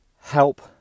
help